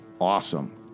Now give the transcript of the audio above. awesome